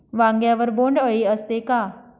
वांग्यावर बोंडअळी असते का?